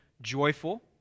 joyful